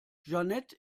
jeanette